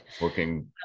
working